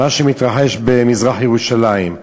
ממה שמתרחש במזרח-ירושלים.